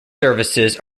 services